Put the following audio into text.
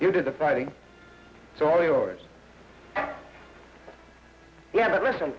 you did the fighting so all yours yeah but listen